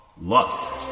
Lust